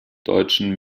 deutschen